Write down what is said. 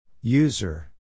User